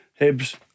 Hibs